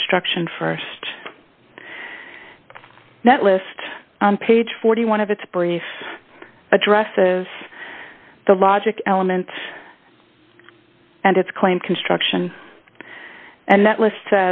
construction st that list on page forty one of its brief addresses the logic element and its claim construction and that list